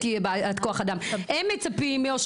מטפלת בעלייה מאתיופיה.